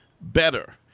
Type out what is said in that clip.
better